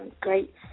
Great